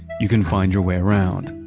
you can find your way around,